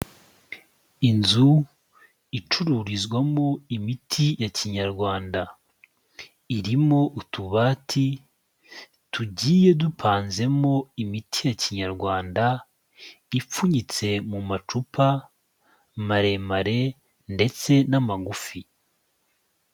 Inzu icururizwamo imiti ya Kinyarwanda, irimo utubati tugiye dupanzemo imiti ya Kinyarwanda ipfunyitse mu macupa maremare ndetse n'amagufi.